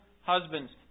husbands